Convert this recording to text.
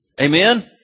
Amen